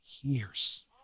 years